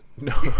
No